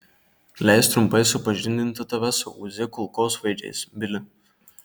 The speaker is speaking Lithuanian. leisk trumpai supažindinti tave su uzi kulkosvaidžiais bili